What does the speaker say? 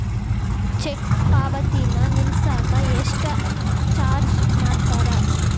check ಪಾವತಿನ ನಿಲ್ಸಕ ಎಷ್ಟ ಚಾರ್ಜ್ ಮಾಡ್ತಾರಾ